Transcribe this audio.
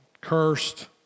cursed